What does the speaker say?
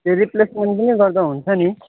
त्यो रिप्लेसमेन्ट पनि गर्दा हुन्छ नि